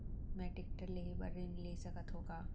मैं टेकटर लेहे बर ऋण ले सकत हो का?